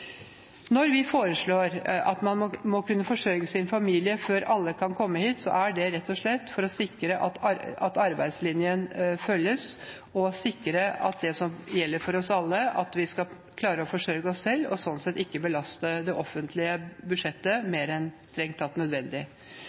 Når vi foreslår at man må kunne forsørge sin familie før alle kan komme hit, er det rett og slett for å sikre at arbeidslinjen følges, og sikre det som gjelder for oss alle, at vi skal klare å forsørge oss selv og slik sett ikke belaste det offentlige budsjettet mer enn strengt tatt nødvendig.